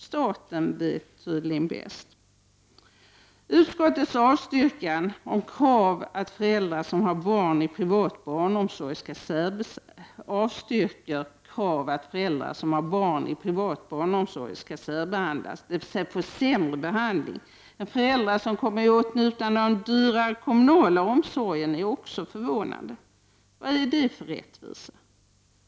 Staten vet tydligen bäst! Att utskottet avstyrker kravet att föräldrar som har barn i privat barnomsorg inte skall särbehandlas, dvs. få sämre behandling än föräldrar som kommer i åtnjutande av den dyrare kommunala omsorgen, är också förvånande. Vad är det för rättvisa?